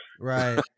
right